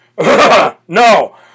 No